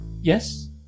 Yes